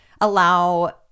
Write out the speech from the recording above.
allow